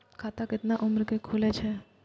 खाता केतना उम्र के खुले छै?